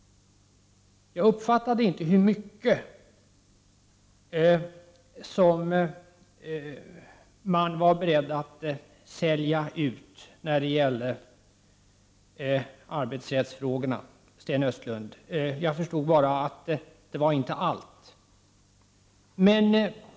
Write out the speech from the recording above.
Jag uppfattade inte hur mycket ni är beredda att sälja ut när det gäller arbetsrättsfrågorna, Sten Östlund. Jag förstod bara att ni inte är beredda att sälja ut allt.